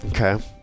okay